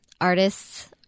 artists